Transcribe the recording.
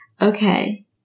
Okay